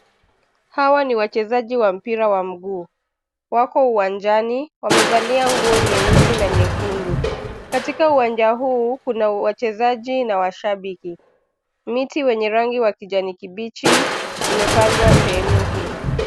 Hawa ni wachezaji wa mpira wa mguu, wako uwanjani, wamevalia nguo nyeusi na nyekundu, katika uwanja huu kuna wachezaji na washabiki, miti wenye rangi wa kijani kibichi, imepandwa sehemu hii.